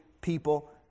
people